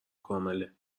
کامله